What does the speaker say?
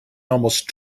almost